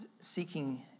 seeking